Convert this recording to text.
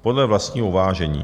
podle vlastního uvážení.